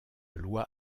loi